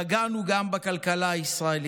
פגענו גם בכלכלה הישראלית.